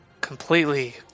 completely